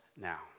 now